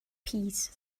peace